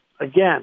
again